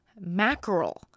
mackerel